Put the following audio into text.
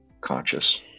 conscious